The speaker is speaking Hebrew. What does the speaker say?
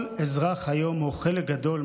40 שקלים לשעה.